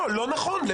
לא נכון.